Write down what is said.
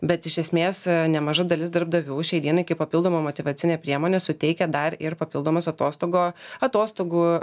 bet iš esmės nemaža dalis darbdavių šiai dienai kaip papildomą motyvacinę priemonę suteikia dar ir papildomas atostogo atostogų